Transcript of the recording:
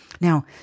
Now